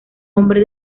hombre